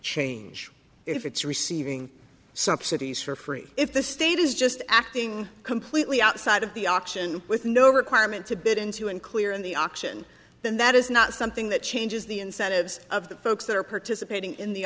change if it's receiving subsidies for free if the state is just acting completely outside of the auction with no requirement to bid in two unclear in the auction then that is not something that changes the incentives of the folks that are participating in the